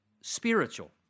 spiritual